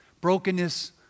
Brokenness